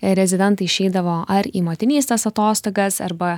rezidentai išeidavo ar į motinystės atostogas arba